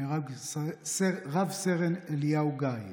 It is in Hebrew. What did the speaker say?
נהרג רב-סרן אליהו גיא,